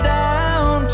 down